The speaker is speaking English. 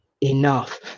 enough